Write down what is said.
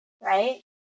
right